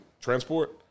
transport